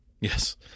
yes